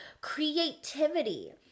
creativity